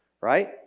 right